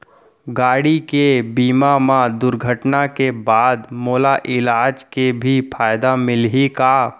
गाड़ी के बीमा मा दुर्घटना के बाद मोला इलाज के भी फायदा मिलही का?